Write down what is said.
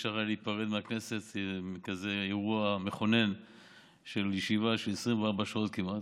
שאי-אפשר להיפרד מהכנסת אלא בכזה אירוע מכונן של ישיבה של 24 שעות כמעט,